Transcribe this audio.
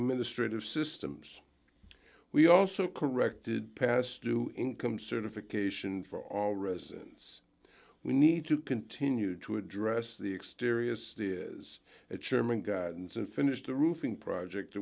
administrative systems we also corrected past due income certification for all residents we need to continue to address the exterior as a chairman guidance and finished the roofing project